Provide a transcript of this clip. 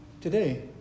Today